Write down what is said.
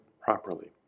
properly